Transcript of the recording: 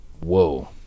whoa